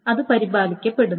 അത് പരിപാലിക്കപ്പെടുന്നു